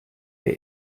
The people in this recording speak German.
der